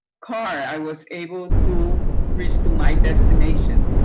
card i was able to reach to my destination.